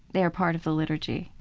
they are part of the liturgy.